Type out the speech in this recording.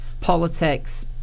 politics